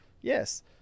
Yes